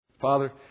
Father